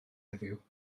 heddiw